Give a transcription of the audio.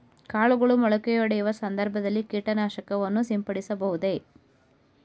ಕಾಳುಗಳು ಮೊಳಕೆಯೊಡೆಯುವ ಸಂದರ್ಭದಲ್ಲಿ ಕೀಟನಾಶಕವನ್ನು ಸಿಂಪಡಿಸಬಹುದೇ?